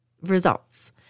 results